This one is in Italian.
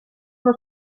uno